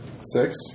Six